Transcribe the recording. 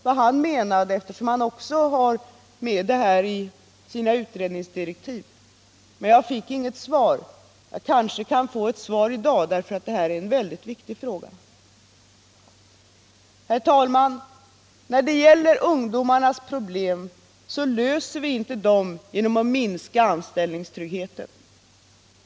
23 november 1977 Men jag fick inget svar. Jag kanske kan få ett svar i dag, för det här = är en mycket viktig fråga. Anställningsskydd, Herr talman! Vi löser inte ungdomarnas problem genom att minska — m.m. anställningstryggheten.